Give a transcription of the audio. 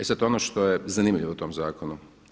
E sada ono što je zanimljivo u tom zakonu.